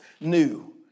new